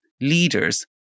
leaders